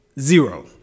Zero